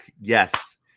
Yes